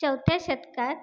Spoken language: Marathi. चौथ्या शतकात